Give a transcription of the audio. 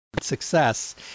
success